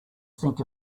sink